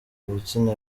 ibitsina